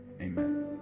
amen